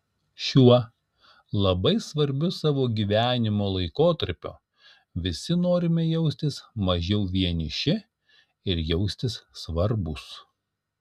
šiuo labai svarbiu savo gyvenimo laikotarpiu visi norime jaustis mažiau vieniši ir jaustis svarbūs